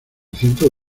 ciento